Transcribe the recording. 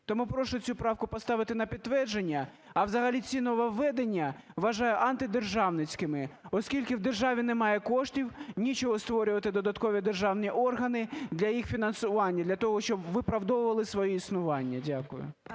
Тому прошу цю правку поставити на підтвердження. А взагалі ці нововведення вважаю антидержавницькими, оскільки в державі немає коштів. Нічого створювати додаткові державні органи для їх фінансування для того, щоб виправдовували своє існування. Дякую.